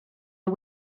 nhw